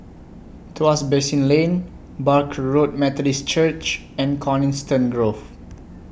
Tuas Basin Lane Barker Road Methodist Church and Coniston Grove